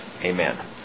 Amen